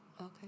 Okay